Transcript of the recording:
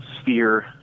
sphere